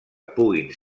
puguin